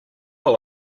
will